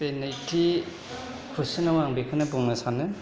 बे नैथि कुइसनाव आं बेखौनो बुंनो सानो